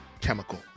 chemical